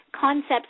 concepts